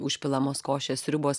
užpilamos košės sriubos